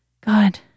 God